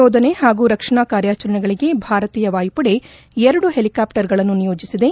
ಶೋಧನೆ ಹಾಗೂ ರಕ್ಷಣಾ ಕಾರ್ಯಾಚರಣೆಗಳಿಗೆ ಭಾರತೀಯ ವಾಯುಪಡೆ ಎರಡು ಹೆಲಿಕಾಪ್ಸರ್ ಗಳನ್ನು ನಿಯೋಜಿಸಿದೆ